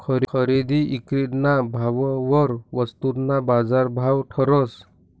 खरेदी ईक्रीना भाववर वस्तूना बाजारभाव ठरस